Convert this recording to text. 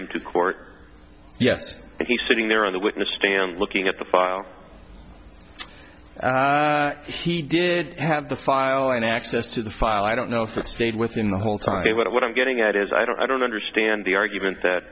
him to court yet he's sitting there on the witness stand looking at the file he did have the file and access to the file i don't know if it stayed within the whole time but what i'm getting at is i don't understand the argument that